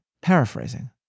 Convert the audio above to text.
paraphrasing